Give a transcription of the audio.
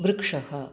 वृक्षः